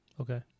Okay